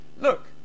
look